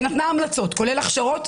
ונתנה המלצות, כולל הכשרות.